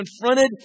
confronted